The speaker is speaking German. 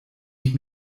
ich